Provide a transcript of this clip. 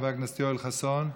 יואל חסון,